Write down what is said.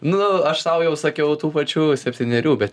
nu aš sau jau sakiau tų pačių septynerių bet